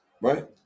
Right